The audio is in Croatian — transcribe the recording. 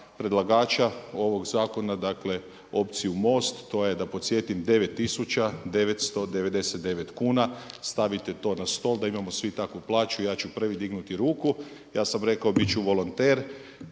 predlagača ovog zakona dakle opciju MOST to je da podsjetim 9999 kuna. Stavite to na stol da imamo svi takvu plaću. Ja ću prvi dignuti ruku. Ja sam rekao bit ću volonter